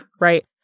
right